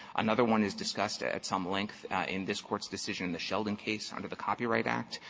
another one is discussed ah at some length in this court's decision in the sheldon case under the copyright act.